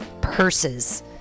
purses